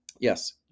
Yes